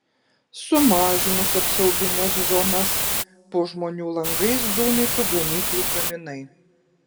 sumažinus apsaugines zonas po žmonių langais dūmytų gamyklų kaminai